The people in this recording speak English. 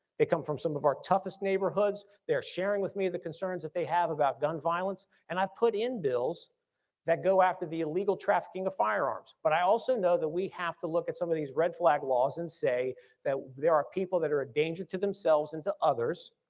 they come from some of our toughest neighborhoods. they're sharing with me the concerns that they have about gun violence. and i've put in bills that go after the illegal trafficking of firearms but i also know that we have to look at some of these red flag laws and say that there are people that are a danger to themselves and others,